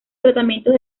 tratamientos